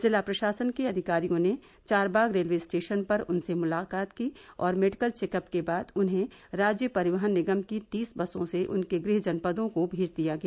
जिला प्रशासन के अधिकारियों ने चारबाग रेलवे स्टेशन पर उनसे मुलाकात की और मेडिकल चेकअप के बाद उन्हें राज्य परिवहन निगम की तीस बसों से उनके गृह जनपदों को भेज दिया गया